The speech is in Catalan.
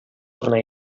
tornar